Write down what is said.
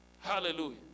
Hallelujah